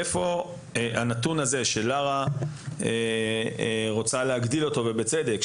איפה הנתון הזה שלארה רוצה להגדיל אותו ובצדק,